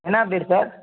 என்ன update sir